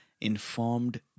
informed